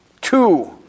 two